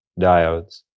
diodes